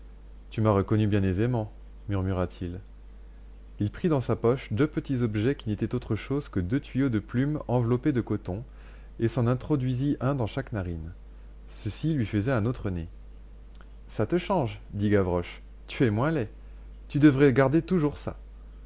tu m'as reconnu bien aisément murmura-t-il il prit dans sa poche deux petits objets qui n'étaient autre chose que deux tuyaux de plume enveloppés de coton et s'en introduisit un dans chaque narine ceci lui faisait un autre nez ça te change dit gavroche tu es moins laid tu devrais garder toujours ça